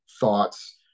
thoughts